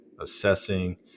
assessing